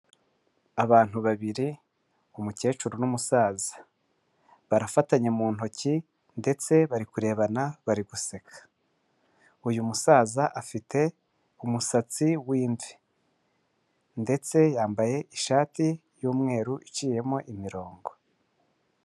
Abantu babiri, umukecuru n'umusaza. Barafatanye mu ntoki ndetse bari kurebana bari guseka. Uyu musaza afite umusatsi w'imvi ndetse yambaye ishati y'umweru iciyemo imirongo.